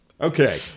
Okay